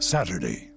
Saturday